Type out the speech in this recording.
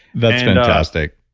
that's fantastic